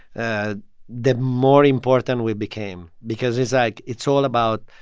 and the more important we became because it's like it's all about,